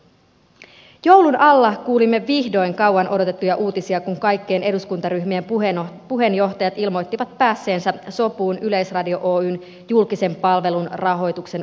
joulun alla kuulimme vihdoin kauan odotettuja uutisia kun kaikkien eduskuntaryhmien puheenjohtajat ilmoittivat päässeensä sopuun yleisradio oyn julkisen palvelun rahoituksen uudistamisesta